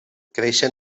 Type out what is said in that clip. creixen